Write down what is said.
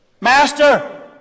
Master